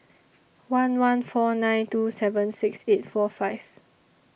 one one four nine two seven six eight four five